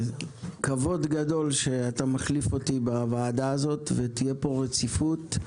כבוד גדול שאתה מחליף אותי בוועדה הזאת ותהיה פה רציפות.